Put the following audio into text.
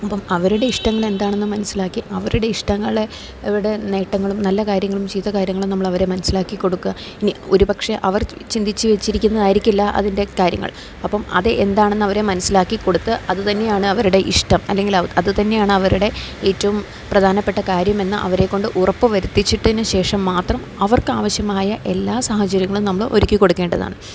അപ്പോള് അവരുടെ ഇഷ്ടങ്ങൾ എന്താണെന്നു മനസ്സിലാക്കി അവരുടെ ഇഷ്ടങ്ങളെ അവരുടെ നേട്ടങ്ങളും നല്ല കാര്യങ്ങളും ചീത്ത കാര്യങ്ങളും നമ്മൾ അവരെ മനസ്സിലാക്കി കൊടുക്കുക ഇനി ഒരുപക്ഷെ അവർ ചിന്തിച്ചുവച്ചിരിക്കുന്നതായിരിക്കില്ല അതിൻ്റെ കാര്യങ്ങൾ അപ്പോള് അത് എന്താണെന്ന് അവരെ മനസ്സിലാക്കിക്കൊടുത്ത് അതു തന്നെയാണ് അവരുടെ ഇഷ്ടം അല്ലെങ്കിൽ അതു തന്നെയാണ് അവരുടെ ഏറ്റവും പ്രധാനപ്പെട്ട കാര്യമെന്ന് അവരെക്കൊണ്ട് ഉറപ്പു വരുത്തിച്ചിട്ടതിനുശേഷം മാത്രം അവർക്ക് ആവശ്യമായ എല്ലാ സാഹചര്യങ്ങളും നമ്മള് ഒരുക്കിക്കൊടുക്കേണ്ടതാണ്